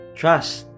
trust